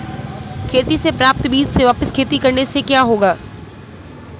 खेती से प्राप्त बीज से वापिस खेती करने से क्या होगा?